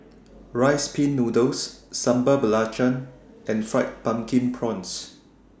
Rice Pin Noodles Sambal Belacan and Fried Pumpkin Prawns